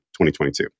2022